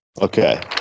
Okay